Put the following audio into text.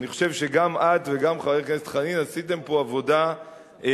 אני חושב שגם את וגם חבר הכנסת חנין עשיתם פה עבודה מופלאה.